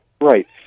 Right